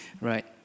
right